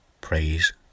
Praise